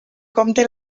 compte